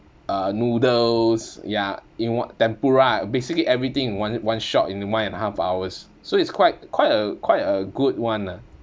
uh noodles ya in w~ tempura basically everything in one one shot in the one and a half hours so it's quite quite a quite a good one ah